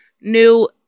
new